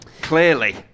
Clearly